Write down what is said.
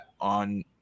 On